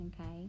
okay